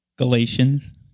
Galatians